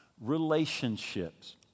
relationships